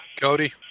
Cody